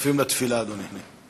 מצטרפים לתפילה, אדוני.